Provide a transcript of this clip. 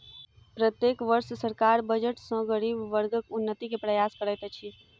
प्रत्येक वर्ष सरकार बजट सॅ गरीब वर्गक उन्नति के प्रयास करैत अछि